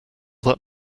that